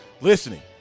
listening